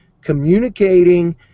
communicating